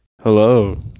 Hello